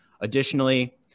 Additionally